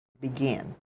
begin